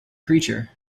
creature